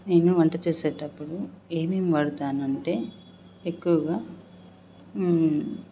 నేను వంట చేసేటప్పుడు ఏమేం వాడతానంటే ఎక్కువగా